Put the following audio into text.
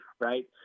right